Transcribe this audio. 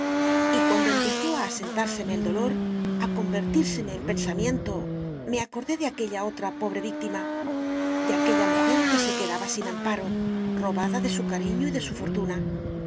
y cuando empezó a asentárseme el dolor a convertírseme en pensamiento me acordé de aquella otra pobre víctima de aquella mujer que se quedaba sin amparo robada de su cariño y de su fortuna